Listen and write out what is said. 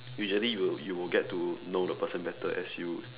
usually you you will get to know the person better as you